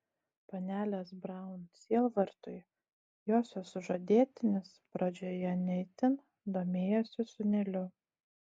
panelės braun sielvartui josios sužadėtinis pradžioje ne itin domėjosi sūneliu